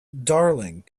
darling